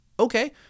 Okay